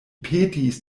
petis